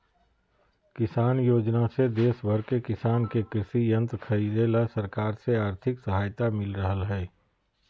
किसान योजना से देश भर के किसान के कृषि यंत्र खरीदे ला सरकार से आर्थिक सहायता मिल रहल हई